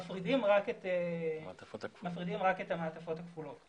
מפרידים רק את המעטפות הכפולות.